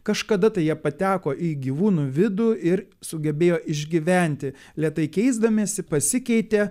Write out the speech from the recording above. kažkada tai jie pateko į gyvūnų vidų ir sugebėjo išgyventi lėtai keisdamiesi pasikeitė